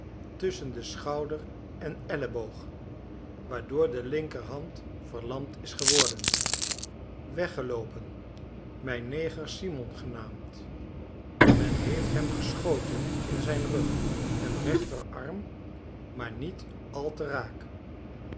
tusschen den schouder en elleboog waardoor de linkerhand verlamd is geworden weggeloopen mijn neger simon genaamd men heeft hem geschoten in zijn rug en rechterarm maar niet al te raak